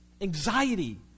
Anxiety